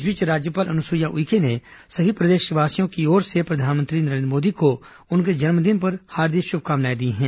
इस बीच राज्यपाल अनुसुईया उइके ने सभी प्रदेशवासियों की ओर से प्रधानमंत्री नरेन्द्र मोदी को उनके जन्म दिन पर हार्दिक शुभकामनाएं दी हैं